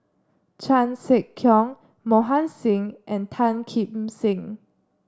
Chan Sek Keong Mohan Singh and Tan Kim Seng